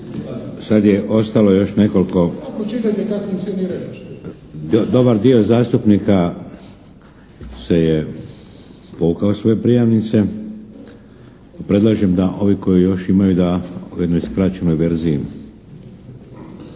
…/Upadica se ne čuje./… Dobar dio zastupnika se je, povukao svoje prijavnice. Predlažem da ovi koji još imaju da u jednoj skraćenoj verziji